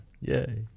yay